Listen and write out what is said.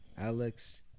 Alex